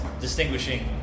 distinguishing